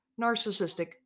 narcissistic